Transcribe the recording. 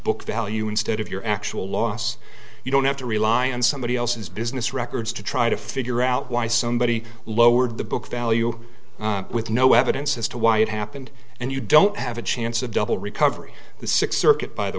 book value instead of your actual loss you don't have to rely on somebody else's business records to try to figure out why somebody lowered the book value with no evidence as to why it happened and you don't have a chance of double recovery the sixth circuit by the